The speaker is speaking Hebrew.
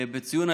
בבקשה, אדוני.